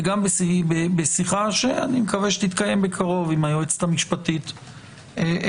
וגם בשיחה שאני מקווה שהיא תתקיים בקרוב עם היועצת המשפטית לממשלה.